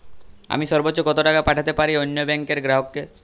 আমি সর্বোচ্চ কতো টাকা পাঠাতে পারি অন্য ব্যাংক র গ্রাহক কে?